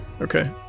Okay